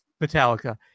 Metallica